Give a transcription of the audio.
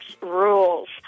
Rules